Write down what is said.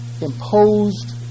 imposed